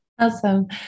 Awesome